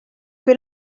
que